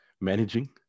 managing